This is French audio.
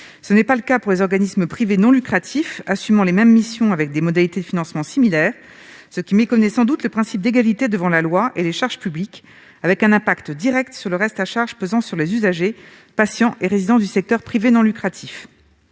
Ce n'est pas le cas pour les organismes privés non lucratifs assumant les mêmes missions avec des modalités de financement similaires, ce qui méconnaît sans doute le principe d'égalité devant la loi et les charges publiques, avec un impact direct sur le reste à charge pesant sur les usagers, patients et résidents du secteur privé non lucratif.